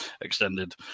extended